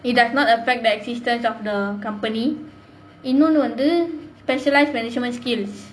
it does not affect the existance of the company eh no no specialised management skills